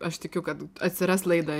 aš tikiu kad atsiras laida